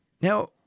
Now